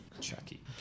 Chucky